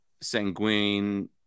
Sanguine